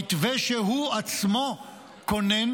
המתווה שהוא עצמו כונן,